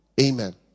Amen